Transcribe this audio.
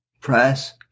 press